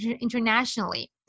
internationally